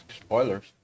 Spoilers